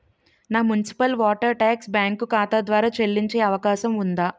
నా municipal water tax bank ఖాతా ద్వారా చెల్లించే అవకాశం ఉందా?